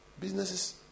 Businesses